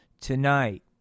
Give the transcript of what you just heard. tonight